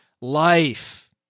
life